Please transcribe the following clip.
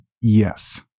Yes